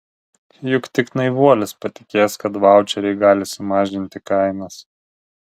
juk tik naivuolis patikės kad vaučeriai gali sumažinti kainas